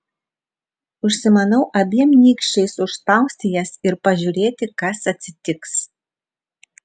užsimanau abiem nykščiais užspausti jas ir pažiūrėti kas atsitiks